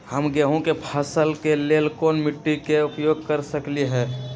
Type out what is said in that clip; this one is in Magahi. हम गेंहू के फसल के लेल कोन मिट्टी के उपयोग कर सकली ह?